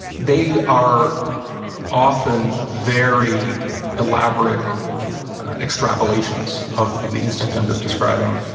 they are often very elaborate extrapolations of of the instinct i'm just describing,